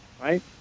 right